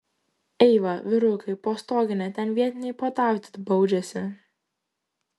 eiva vyriukai po stogine ten vietiniai puotauti baudžiasi